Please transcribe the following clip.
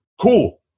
Cool